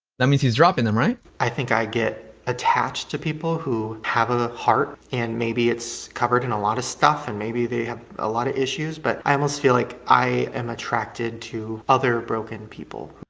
that means he's dropping them, right? i think i get attached to people who have a heart and maybe it's covered in a lot of stuff and maybe they have a lot of issues but i almost feel like i am attracted to other broken people.